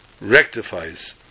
rectifies